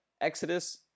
Exodus